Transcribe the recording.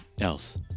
else